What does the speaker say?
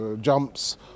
jumps